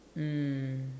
mm